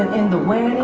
in the wedding.